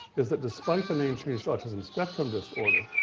is that despite the name change to autism spectrum disorder,